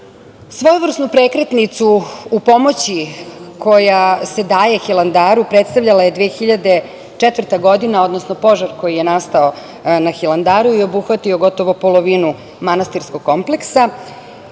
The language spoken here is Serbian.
dinara. Svojevrsnu prekretnicu u pomoći koja se daje Hilandaru predstavljala je 2004. godina, odnosno požar koji je nastao na Hilandaru i obuhvatio gotovo polovinu manastirskog kompleksa.